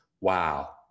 wow